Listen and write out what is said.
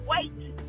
wait